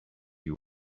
you